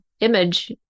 image